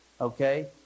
okay